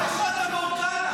אתה פאטה מורגנה.